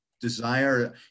desire